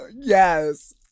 yes